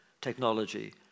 technology